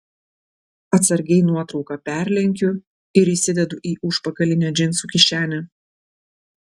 atsargiai nuotrauką perlenkiu ir įsidedu į užpakalinę džinsų kišenę